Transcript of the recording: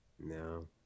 No